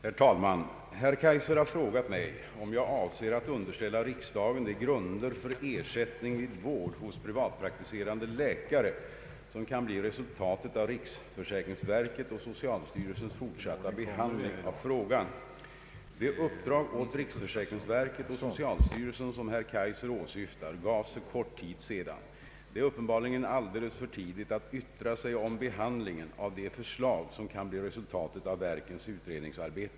Herr talman! Herr Kaijser har frågat mig om jag avser att underställa riksdagen de grunder för ersättning vid vård hos privatpraktiserande läkare som kan bli resultat av riksförsäkringsverkets och socialstyrelsens fortsatta behandling av frågan. Det uppdrag åt riksförsäkringsverket och socialstyrelsen som herr Kaijser åsyftar gavs för kort tid sedan. Det är uppenbarligen alldeles för tidigt att yttra sig om behandlingen av de förslag som kan bli resultatet av verkens utredningsarbete.